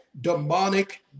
demonic